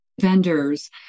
vendors